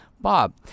Bob